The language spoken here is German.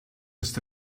des